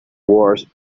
wars